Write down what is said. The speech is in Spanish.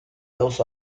dos